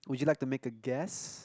would you like to make a guess